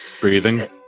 Breathing